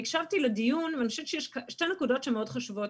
אני הקשבתי לדיון ואני חושבת שיש שתי נקודות שמאוד חשובות.